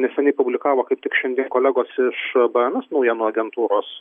neseniai publikavo kaip tik šiandien kolegos iš bns naujienų agentūros